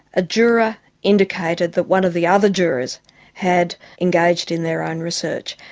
a juror indicated that one of the other jurors had engaged in their own research.